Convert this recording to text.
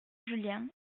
julien